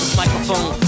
microphone